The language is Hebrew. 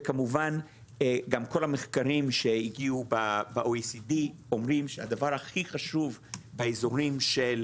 וכמובן גם כל המחקרים שהגיעו ב-OECD אומרים שהדבר הכי חשוב באזורים של